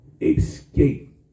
escape